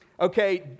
Okay